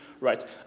right